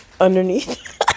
Underneath